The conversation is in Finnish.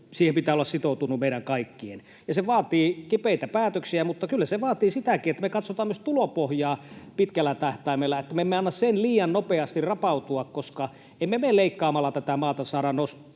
kaikkien pitää olla sitoutuneita. Se vaatii kipeitä päätöksiä, mutta kyllä se vaatii sitäkin, että me katsotaan myös tulopohjaa pitkällä tähtäimellä, että me emme anna sen liian nopeasti rapautua, koska emme me leikkaamalla tätä maata saa